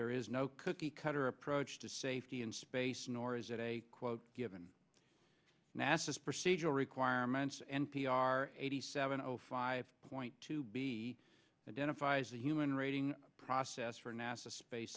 there is no cookie cutter approach to safety in space nor is it a quote given nasa procedural requirements n p r eighty seven zero five point two b identifies the human rating process for nasa space